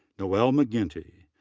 noelle mcginty,